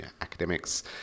academics